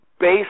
based